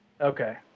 Okay